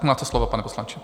Máte slovo, pane poslanče.